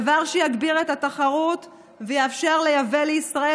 דבר שיגביר את התחרות ויאפשר לייבא לישראל